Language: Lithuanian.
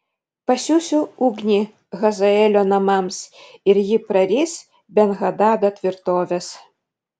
pasiųsiu ugnį hazaelio namams ir ji praris ben hadado tvirtoves